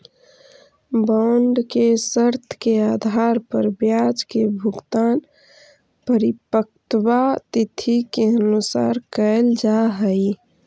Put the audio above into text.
bond के शर्त के आधार पर ब्याज के भुगतान परिपक्वता तिथि के अनुसार कैल जा हइ